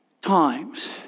times